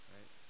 Right